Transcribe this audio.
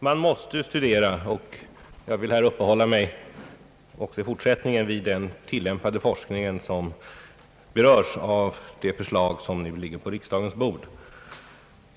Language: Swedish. Jag vill här och i fortsättningen uppehålla mig vid den tilllämpade forskningen som berörs av det förslag som nu ligger på riksdagens bord.